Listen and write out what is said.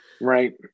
Right